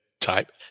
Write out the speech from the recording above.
type